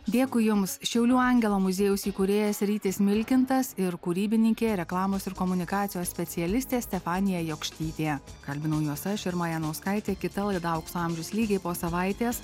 dėkui jums šiaulių angelo muziejaus įkūrėjas rytis milkintas ir kūrybininkė reklamos ir komunikacijos specialistė stefanija jokštytė kalbino juos aš irma janauskaitė kita laida aukso amžius lygiai po savaitės